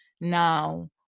now